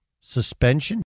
suspension